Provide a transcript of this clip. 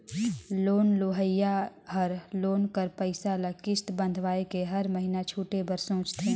loan लेहोइया हर loan कर पइसा ल किस्त बंधवाए के हर महिना छुटे बर सोंचथे